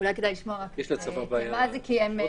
עוברים לתנאים של הכרזה מלאה.